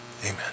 Amen